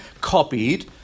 copied